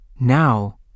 Now